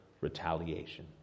retaliation